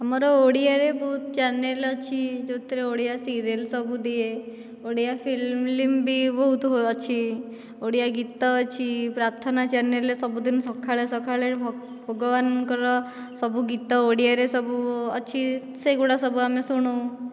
ଆମର ଓଡ଼ିଆରେ ବହୁତ ଚ୍ୟାନେଲ୍ ଅଛି ଯେଉଁଥିରେ ଓଡ଼ିଆ ସିରିଏଲ୍ ସବୁ ଦିଏ ଓଡ଼ିଆ ଫିଲ୍ମ ବି ବହୁତ ଅଛି ଓଡ଼ିଆ ଗୀତ ଅଛି ପ୍ରାର୍ଥନା ଚ୍ୟାନେଲ୍ରେ ସବୁଦିନ ସକାଳେ ସକାଳେ ଭଗ୍ ଭଗବାନଙ୍କର ସବୁ ଗୀତ ଓଡ଼ିଆରେ ସବୁ ଅଛି ସେଗୁଡ଼ାକ ସବୁ ଆମେ ଶୁଣୁ